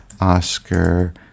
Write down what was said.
Oscar